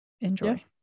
enjoy